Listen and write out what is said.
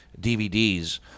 DVDs